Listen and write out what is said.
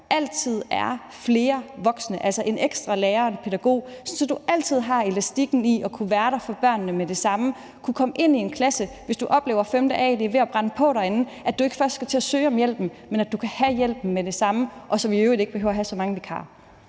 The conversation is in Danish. altid er flere voksne, altså en ekstra lærer og en pædagog, så du altid har elastikken i at kunne være der for børnene med det samme, kunne komme ind i en klasse, hvis du oplever, at det inde i 5. a er ved at brænde på, og du ikke først skal til at søge om hjælpen, men kan have hjælpen med det samme, og så vi i øvrigt ikke behøver at have så mange vikarer.